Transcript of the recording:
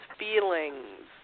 feelings